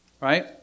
right